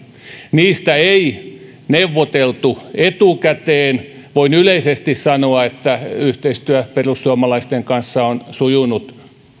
niistä ei neuvoteltu etukäteen voin yleisesti sanoa että yhteistyö perussuomalaisten kanssa on sujunut